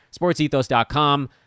SportsEthos.com